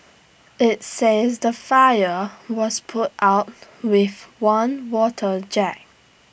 IT says the fire was put out with one water jet